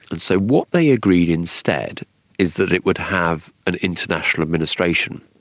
and so what they agreed instead is that it would have an international administration.